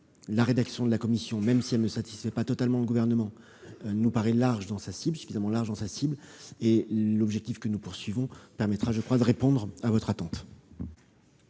La rédaction de la commission, même si elle ne satisfait pas totalement le Gouvernement, nous paraît suffisamment large dans sa cible. L'objectif que nous poursuivons permettra, je crois, de répondre à votre attente.